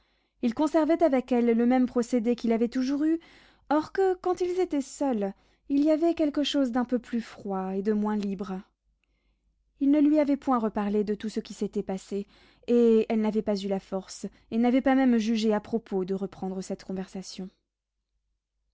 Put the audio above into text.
il conservait avec elle le même procédé qu'il avait toujours eu hors que quand ils étaient seuls il y avait quelque chose d'un peu plus froid et de moins libre il ne lui avait point reparlé de tout ce qui s'était passé et elle n'avait pas eu la force et n'avait pas même jugé à propos de reprendre cette conversation